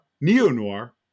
neo-noir